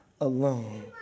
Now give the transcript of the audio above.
alone